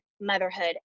motherhood